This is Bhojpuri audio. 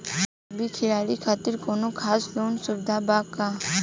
रग्बी खिलाड़ी खातिर कौनो खास लोन सुविधा बा का?